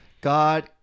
God